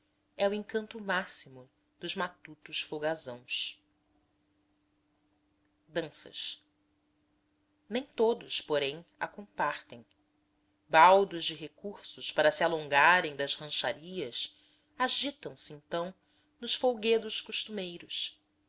é o encanto máximo dos matutos folgazãos danças nem todos porém a compartem baldos de recursos para se alongarem das rancharias agitam se então nos folguedos costumeiros